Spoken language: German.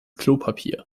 klopapier